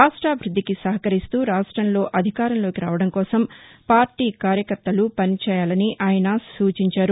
రాష్ట అభివృద్దికి సహకరిస్తా రాష్టంలో అధికారంలోకి రావడం కోసం పార్టీ కార్యకర్తలు పనిచేయాలని ఆయన సూచించారు